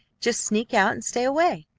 just sneak out and stay away,